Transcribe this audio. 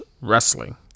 wrestling